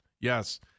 Yes